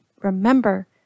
remember